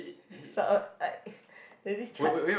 sort of like there's this chart